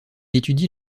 étudie